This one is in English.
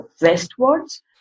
westwards